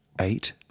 eight